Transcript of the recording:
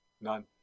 none